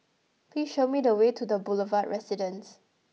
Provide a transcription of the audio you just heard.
please show me the way to the Boulevard Residence